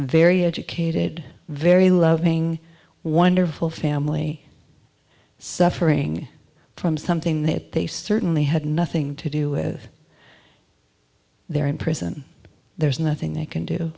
very educated very loving wonderful family suffering from something that they certainly had nothing to do with they're in prison there's nothing they can do